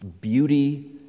Beauty